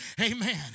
Amen